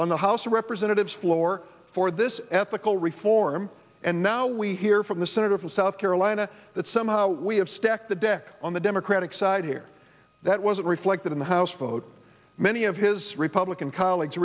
on the house of representatives floor for this ethical reform and now we hear from the senator from south carolina that somehow we have stacked the deck on the democratic side here that wasn't reflected in the house vote many of his republican colleagues